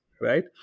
right